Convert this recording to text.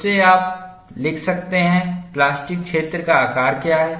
उस से आप लिख सकते हैं प्लास्टिक क्षेत्र का आकार क्या है